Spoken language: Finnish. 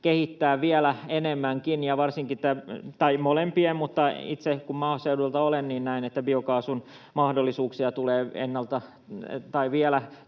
kehittää vielä enemmänkin, molempia, mutta itse kun maaseudulta olen, niin näen, että varsinkin biokaasun mahdollisuuksia tulee